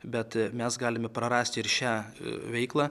bet mes galime prarasti ir šią veiklą